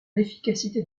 l’efficacité